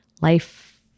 life